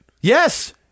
Yes